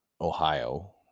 Ohio